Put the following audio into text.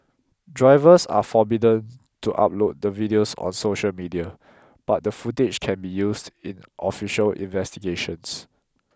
drivers are forbidden to upload the videos on social media but the footage can be used in official investigations